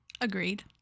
agreed